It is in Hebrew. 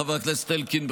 חבר הכנסת אלקין,